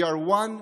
We are one people,